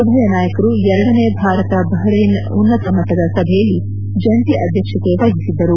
ಉಭಯ ನಾಯಕರು ಎರಡನೇ ಭಾರತ ಬಹರ್್ಯನ್ ಉನ್ನತ ಆಯೋಗದ ಸಭೆಯಲ್ಲಿ ಜಂಟಿ ಅಧ್ಯಕ್ಷತೆ ವಹಿಸಿದ್ದರು